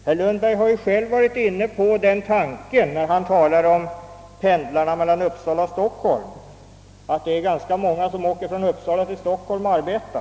Herr Lundberg var inne på den tanken när han talade om pendlarna mellan Stockholm och Uppsala och att ganska många åker från Uppsala till Stockholm för att arbeta.